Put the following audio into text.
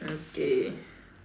okay